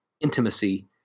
intimacy